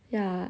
ya